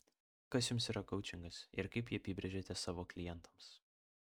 kas jums yra koučingas ir kaip jį apibrėžiate savo klientams